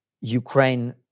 Ukraine